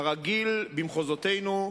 כרגיל במחוזותינו,